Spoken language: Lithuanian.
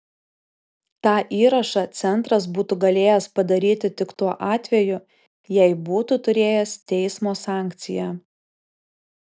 tą įrašą centras būtų galėjęs padaryti tik tuo atveju jei būtų turėjęs teismo sankciją